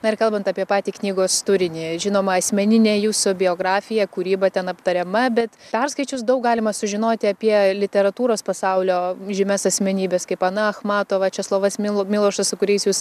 na ir kalbant apie patį knygos turinį žinoma asmeninė jūsų biografija kūryba ten aptariama bet perskaičius daug galima sužinoti apie literatūros pasaulio žymias asmenybes kaip ana achmatova česlovas milu milošas su kuriais jūs